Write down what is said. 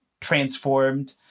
transformed